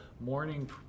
Morning